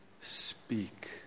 speak